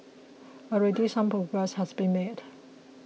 already some progress has been made